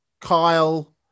Kyle